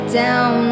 down